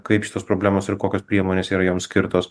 kaip šitos problemos ir kokios priemonės yra jom skirtos